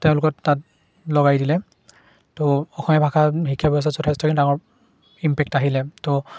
তেওঁলোকক তাত লগাই দিলে তো অসমীয়া ভাষা শিক্ষা ব্যৱস্থাত যথেষ্টখিনি ডাঙৰ ইম্পেক্ট আহিলে তো